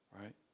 right